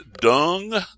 dung